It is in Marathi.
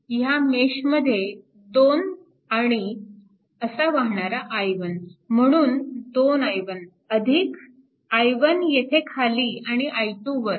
ह्या मेशमध्ये 2 आणि असा वाहणारा i1 म्हणून 2i1 अधिक i1 येथे खाली आणि i2 वर